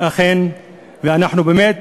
ואנחנו באמת